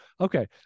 okay